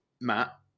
Matt